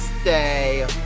stay